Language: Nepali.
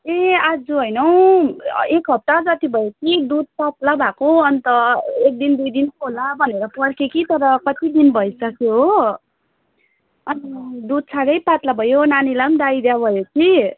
ए आज होइन हौ एक हप्ता जति भयो कि दुध पत्ला भएको अन्त एक दिन दुई दिन पो होला भनेर पर्खेँ कि तर कति दिन भइसक्यो हो अनि दुध साह्रै पत्ला भयो नानीलाई पनि डाइरिया भयो कि